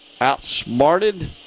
outsmarted